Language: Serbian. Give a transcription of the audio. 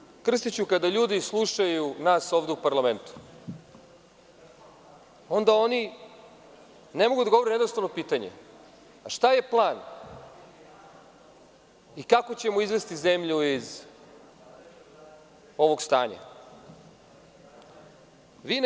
Gospodine Krstiću, kada ljudi slušaju nas ovde u parlamentu, onda oni ne mogu da odgovore na jednostavno pitanje - a šta je plan i kako ćemo izvesti zemlju iz ovog stanja?